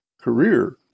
career